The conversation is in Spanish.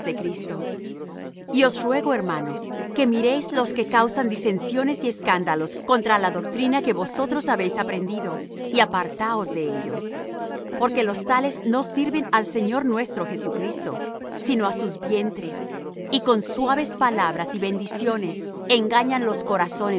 cristo y os ruego hermanos que miréis los que causan disensiones y escándalos contra la doctrina que vosotros habéis aprendido y apartaos de ellos porque los tales no sirven al señor nuestro jesucristo sino á sus vientres y con suaves palabras y bendiciones engañan los corazones